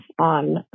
on